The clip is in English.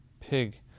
pig